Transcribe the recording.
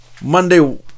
Monday